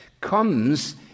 comes